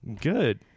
Good